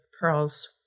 pearls